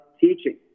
teaching